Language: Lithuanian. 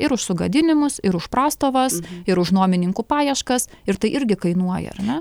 ir už sugadinimus ir už prastovas ir už nuomininkų paieškas ir tai irgi kainuoja ar ne